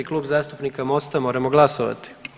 Klub zastupnika MOST-a moramo glasovati.